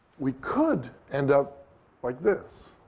we could end up like this,